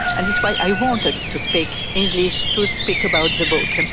and it's why i wanted to speak english, to speak about the book. and